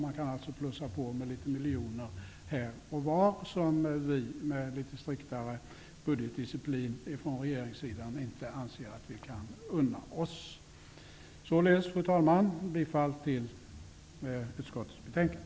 Man kan alltså blåsa på med några miljoner här och var, vilket vi med litet striktare budgetdisciplin inte anser att vi kan unna oss. Således, fru talman, bifall till utskottets hemställan!